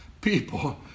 people